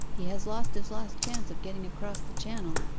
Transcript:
he has lost his last chance of getting across the channel.